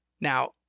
Now